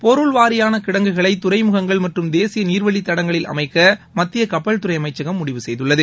பொருள் வாரியான கிடங்குகளை துறைமுகங்கள் மற்றும் தேசிய நீர் வழித் தடங்களில் அமைக்க மத்திய கப்பல் துறைஅமைச்சகம் முடிவு செய்துள்ளது